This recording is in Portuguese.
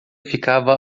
ficava